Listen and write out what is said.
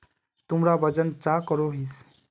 तुमरा वजन चाँ करोहिस?